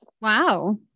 Wow